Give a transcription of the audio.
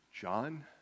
John